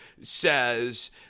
says